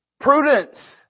Prudence